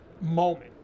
moment